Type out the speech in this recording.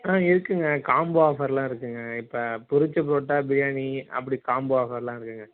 ஆ இருக்குதுங்க காம்போ ஆஃபரெலாம் இருக்குதுங்க இப்போ பொரித்த பரோட்டா பிரியாணி அப்படி காம்போ ஆஃபரெலாம் இருக்குதுங்க